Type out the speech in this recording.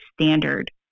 standard